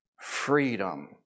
freedom